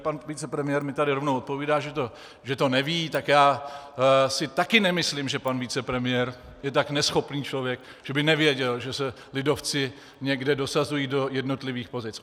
Pan vicepremiér mi tady rovnou odpovídá, že to neví, tak já si taky nemyslím, že pan vicepremiér je tak neschopný člověk, že by nevěděl, že se lidovci někde dosazují do jednotlivých pozic.